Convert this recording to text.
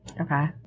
okay